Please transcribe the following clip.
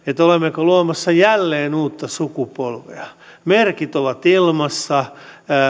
olemmeko luomassa jälleen uutta sukupolvea merkit ovat ilmassa